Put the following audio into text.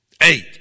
Eight